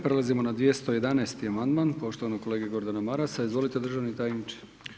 Prelazimo na 211. amandman poštovanog kolege Gordana Marasa, izvolite državni tajniče.